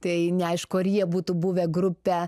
tai neaišku ar jie būtų buvę grupe